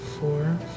four